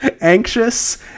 anxious